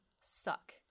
suck